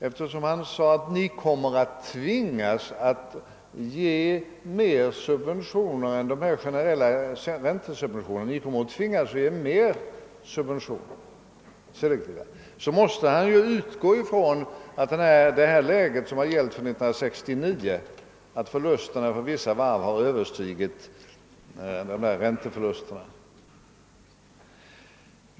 Eftersom statsrådet Wickman sade att man kommer att tvingas ge större subventioner än de generella räntesubventionerna, måste han utgå från det läge som har gällt under 1969, då förlusterna för vissa varv har överstigit ränteförlusterna.